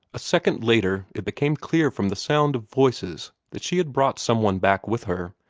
a second later it became clear from the sound of voices that she had brought some one back with her,